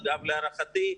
להערכתי,